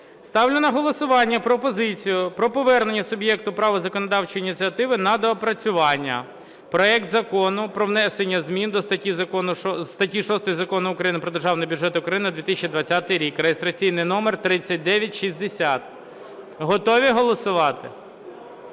Ставлю на голосування пропозицію про повернення суб'єкту права законодавчої ініціативи на доопрацювання проект Закону про внесення зміни до статті 6 Закону України "Про Державний бюджет України на 2020 рік" (реєстраційний номер 3960). Готові голосувати?